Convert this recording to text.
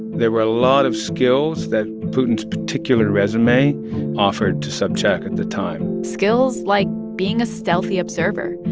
there were a lot of skills that putin's particular resume offered to sobchak at the time skills like being a stealthy observer,